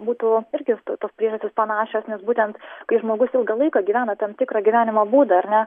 būtų irgi to tos priežastys panašios nes būtent kai žmogus ilgą laiką gyvena tam tikrą gyvenimo būdą ar ne